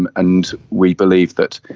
and and we believe that